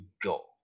go